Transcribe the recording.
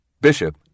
Bishop